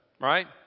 right